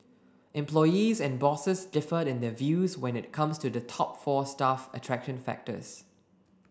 employees and bosses differed in their views when it comes to the top four staff attraction factors